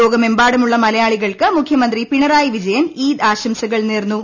ലോകമെമ്പാടുമുള്ള മലയാളികൾക്ക് മുഖ്യമന്ത്രി പിണറായി വിജയൻ ഈദ് ആശംസകൾ നേർന്നു